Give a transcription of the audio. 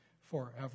forever